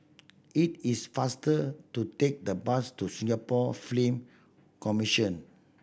it is faster to take the bus to Singapore Commission